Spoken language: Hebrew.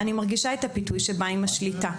אני מרגישה את הפיתוי שבא עם השליטה,